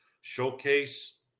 showcase